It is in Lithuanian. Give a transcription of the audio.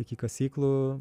iki kasyklų